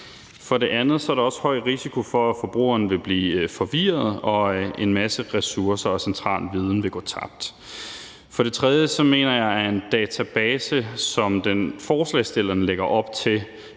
For det andet er der også høj risiko for, at forbrugeren vil blive forvirret og en masse ressourcer og central viden vil gå tabt. For det tredje mener jeg, at en database som den, forslagsstillerne lægger op til,